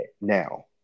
now